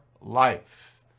life